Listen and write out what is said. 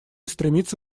стремиться